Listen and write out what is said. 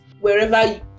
wherever